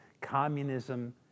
Communism